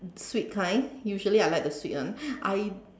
sweet kind usually I like the sweet one I